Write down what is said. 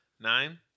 Nine